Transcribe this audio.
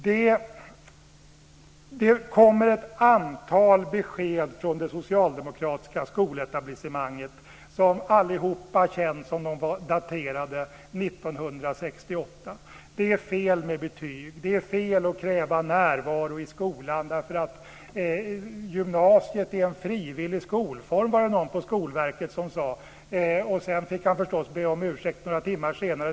Det kommer ett antal besked från det socialdemokratiska skoletablissemanget som alla känns som om de var daterade 1968. Det är fel med betyg, säger man. Det är fel att kräva närvaro i skolan därför att gymnasiet är en frivillig skolform, var det någon på Skolverket som sade. Sedan fick han förstås be om ursäkt några timmar senare.